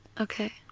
Okay